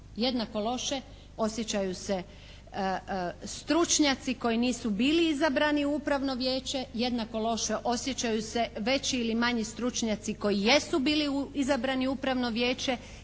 Jednako loše osjećaju se stručnjaci koji nisu bili izabrani u upravno vijeće, jednako loše osjećaju se veći ili manji stručnjaci koji jesu bili izabrani u upravno vijeće